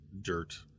dirt